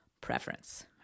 preference